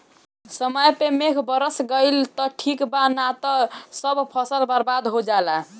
समय पे मेघ बरस गईल त ठीक बा ना त सब फसल बर्बाद हो जाला